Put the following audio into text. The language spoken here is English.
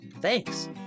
Thanks